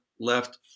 left